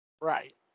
Right